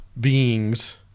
beings